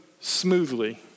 smoothly